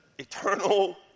Eternal